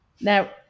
Now